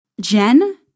Jen